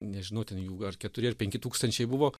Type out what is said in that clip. nežinau ten jų ar keturi ar penki tūkstančiai buvo